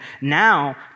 now